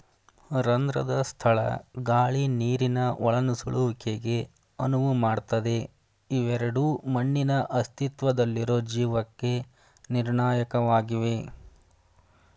ರಂಧ್ರದ ಸ್ಥಳ ಗಾಳಿ ನೀರಿನ ಒಳನುಸುಳುವಿಕೆಗೆ ಅನುವು ಮಾಡ್ತದೆ ಇವೆರಡೂ ಮಣ್ಣಿನ ಅಸ್ತಿತ್ವದಲ್ಲಿರೊ ಜೀವಕ್ಕೆ ನಿರ್ಣಾಯಕವಾಗಿವೆ